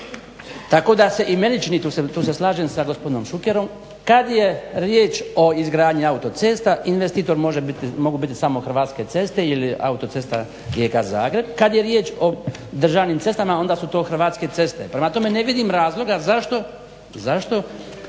Tako da se i meni čini. Tu se slažem sa gospodinom Šukerom. Kad je riječ o izgradnji autocesta, investitor mogu biti samo Hrvatske ceste ili autocesta Rijeka-Zagreb. Kad je riječ o državnim cestama onda su to Hrvatske ceste. Prema tome, ne vidim razloga zašto